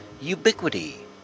Ubiquity